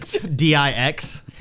D-I-X